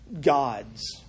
gods